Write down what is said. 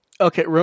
Okay